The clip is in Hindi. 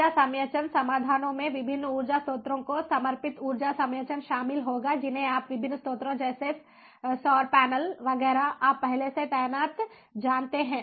ऊर्जा संचयन समाधानों में विभिन्न ऊर्जा स्रोतों को समर्पित ऊर्जा संचयन शामिल होगा जिन्हें आप विभिन्न स्रोतों जैसे सौर पैनल वगैरह आप पहले से तैनात जानते हैं